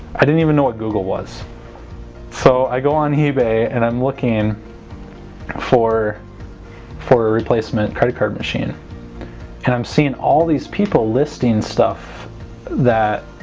i didn't even know what google was so i go on ebay and i'm looking for for a replacement credit card machine and i'm seeing all these people listing stuff that